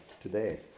today